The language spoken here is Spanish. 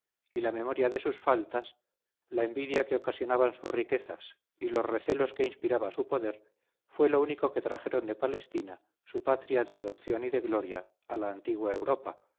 y la memoria de sus faltas la envidia que ocasionaban sus riquezas y los recelos que inspiraba su poder fue lo único que trajeron de palestina su patria de adopción y de gloria a la antigua europa